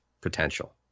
potential